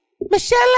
Michelle